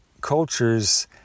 cultures